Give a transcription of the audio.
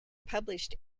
published